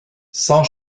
cent